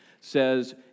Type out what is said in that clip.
says